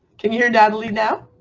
can you hear natalie now?